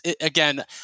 again